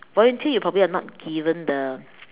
volunteer you probably are not given the